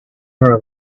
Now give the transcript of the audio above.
owner